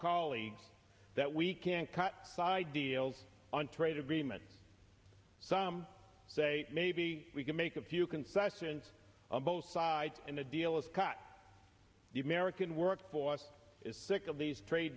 colleagues that we can't cut side deals on trade agreements some say maybe we can make a few concessions on both sides and a deal is cut the american workforce is sick of these trade